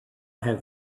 have